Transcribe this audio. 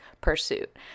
pursuit